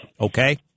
Okay